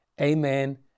amen